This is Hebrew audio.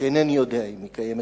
שאינני יודע אם היא קיימת,